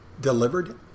delivered